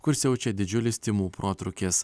kur siaučia didžiulis tymų protrūkis